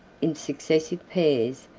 in successive pairs,